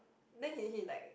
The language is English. then he he like